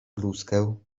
bluzkę